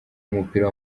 w’umupira